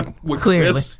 Clearly